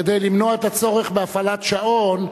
כדי למנוע את הצורך בהפעלת שעון,